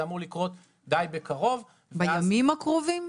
זה אמור לקרות גם בקרוב --- בימים הקרובים?